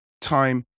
time